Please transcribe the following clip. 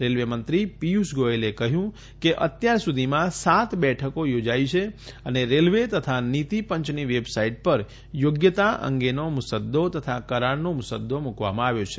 રેલવેમંત્રી પિયુષ ગોયલે કહ્યું કે અત્યાર સુધીમાં સાત બેઠકો યોજાઇ છે અને રેલવે તથા નિતિપંચની વેબસાઇટ પર યોગ્યતા અંગેનો મુસદ્દો તથા કરારનો મુસદ્દો મૂકવામાં આવ્યો છે